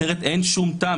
אחרת אין שום טעם.